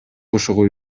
ошого